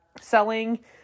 selling